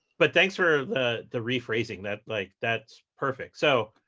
but thanks for the the rephrasing that. like that's perfect. so